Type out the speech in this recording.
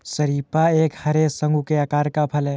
शरीफा एक हरे, शंकु के आकार का फल है